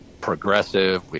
progressive